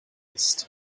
ist